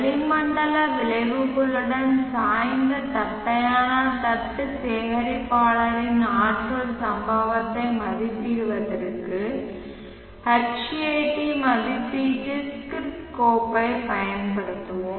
வளிமண்டல விளைவுகளுடன் சாய்ந்த தட்டையான தட்டு சேகரிப்பாளரின் ஆற்றல் சம்பவத்தை மதிப்பிடுவதற்கு தொப்பி மதிப்பீட்டு ஸ்கிரிப்ட் கோப்பைப் பயன்படுத்துவோம்